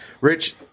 Rich